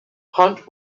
hunt